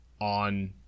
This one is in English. on